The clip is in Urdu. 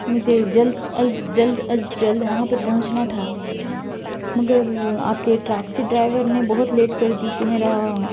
مجھے جلد از جلد از جلد وہاں پر پہنچنا تھا مگر آپ کے ٹیکسی ڈرائیور نے بہت لیٹ کر دی کہ میرا